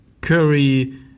Curry